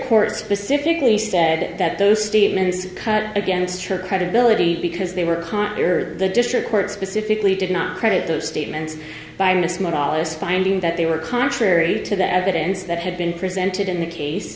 court specifically said that those statements cut against her credibility because they were caught the district court specifically did not credit those statements by a smallest finding that they were contrary to the evidence that had been presented in the case